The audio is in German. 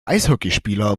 eishockeyspieler